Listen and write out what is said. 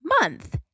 month